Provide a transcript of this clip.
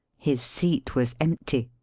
his seat was empty,